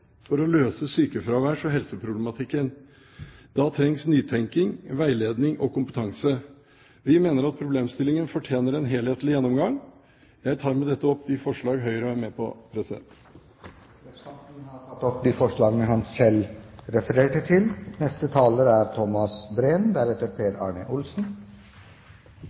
for å løse sykefravær- og helseproblematikken. Da trengs det nytenkning, veiledning og kompetanse. Vi mener at problemstillingen fortjener en helhetlig gjennomgang. Jeg tar med dette opp de forslag Høyre er med på. Representanten Gunnar Gundersen har tatt opp de forslag han refererte til. I likhet med ethvert skattekuttforslag kan man også ha en viss sympati med dette. Inaktivitet er